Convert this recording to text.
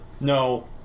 no